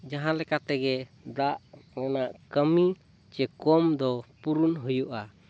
ᱡᱟᱦᱟᱸ ᱞᱮᱠᱟ ᱛᱮᱜᱮ ᱫᱟᱜ ᱨᱮᱱᱟᱜ ᱠᱟᱹᱢᱤ ᱪᱮ ᱠᱚᱢ ᱫᱚ ᱯᱩᱨᱩᱱ ᱦᱩᱭᱩᱜᱼᱟ